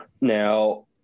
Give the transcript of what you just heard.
now